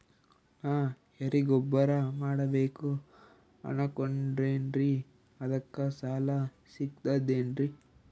ನಾ ಎರಿಗೊಬ್ಬರ ಮಾಡಬೇಕು ಅನಕೊಂಡಿನ್ರಿ ಅದಕ ಸಾಲಾ ಸಿಗ್ತದೇನ್ರಿ?